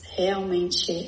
realmente